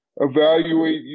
evaluate